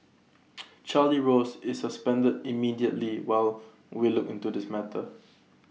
Charlie rose is suspended immediately while we look into this matter